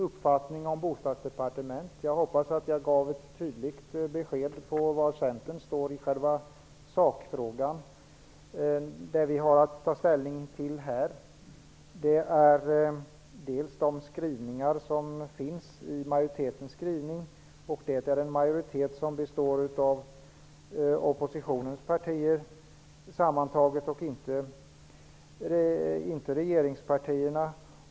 Jag hoppas att jag gav ett tydligt besked om var Centern står i frågan om ett bostadsdepartement. Det vi har att ta ställning till här är majoritetens skrivning. Det är en majoritet som består av oppositionspartierna och inte regeringspartierna.